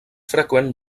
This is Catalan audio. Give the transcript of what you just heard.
freqüent